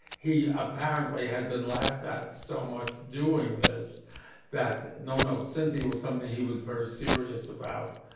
he apparently had been laughed at so much doing this that no, no. cynthia was something he was very serious about,